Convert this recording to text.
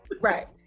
Right